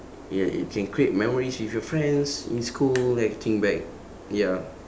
ya you can create memories with your friends in school then you think back ya